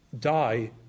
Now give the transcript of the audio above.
die